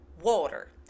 Water